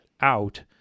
out